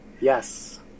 Yes